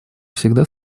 всегда